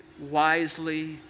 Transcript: wisely